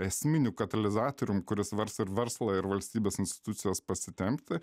esminiu katalizatorium kuris vers ir verslą ir valstybės institucijas pasitempti